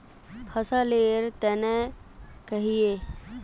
फसल लेर तने कहिए?